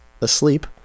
asleep